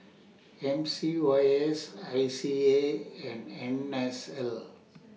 M C Y S I C A and N S L